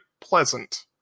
pleasant